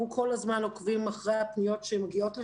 אנחנו כל הזמן עוקבים אחרי הפניות שמגיעות לשם.